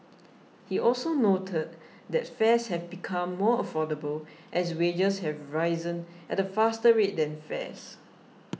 he also noted that fares have become more affordable as wages have risen at a faster rate than fares